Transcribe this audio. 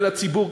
ולציבור,